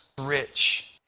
rich